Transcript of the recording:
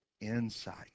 insight